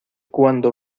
cuando